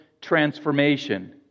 transformation